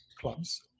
clubs